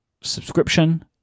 subscription